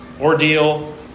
ordeal